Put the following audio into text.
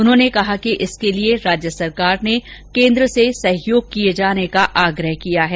उन्होंने कहा कि इसके लिए राज्य सरकार ने केन्द्र से सहयोग किए जाने का आग्रह किया है